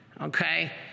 Okay